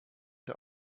der